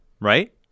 right